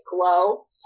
glow